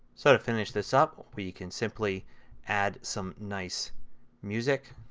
so to finish this up we can simply add some nice music.